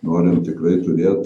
norim ir tikrai turėt